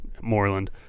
Moreland